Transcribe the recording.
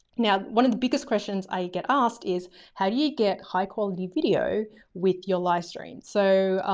now, one of the biggest questions i get asked is how do you get high quality video with your live stream? so,